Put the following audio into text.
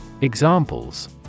Examples